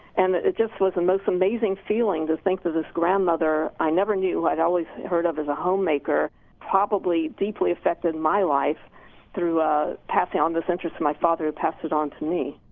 and it just was the most amazing feeling to think that this grandmother i never knew, i'd always heard of as a homemaker probably deeply affected my life through passing down this interest to my father who passed it on to me.